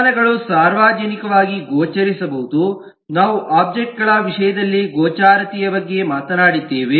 ವಿಧಾನಗಳು ಸಾರ್ವಜನಿಕವಾಗಿ ಗೋಚರಿಸಬಹುದು ನಾವು ಒಬ್ಜೆಕ್ಟ್ ಗಳ ವಿಷಯದಲ್ಲಿ ಗೋಚರತೆಯ ಬಗ್ಗೆ ಮಾತನಾಡಿದ್ದೇವೆ